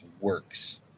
works